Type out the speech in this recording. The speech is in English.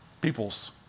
peoples